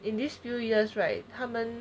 in this few years right 他们